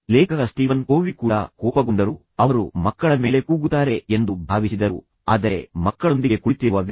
ಲೇಖಕ Steven Covey ಕೂಡ ಕೋಪಗೊಂಡರು ಅವರು ಮಕ್ಕಳ ಮೇಲೆ ಕೂಗುತ್ತಾರೆ ಎಂದು ಭಾವಿಸಿದರು ಆದರೆ ಮಕ್ಕಳೊಂದಿಗೆ ಕುಳಿತಿರುವ ವ್ಯಕ್ತಿ